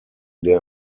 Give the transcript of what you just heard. der